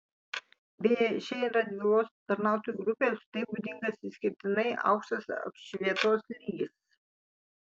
beje šiai radvilos tarnautojų grupei apskritai būdingas išskirtinai aukštas apšvietos lygis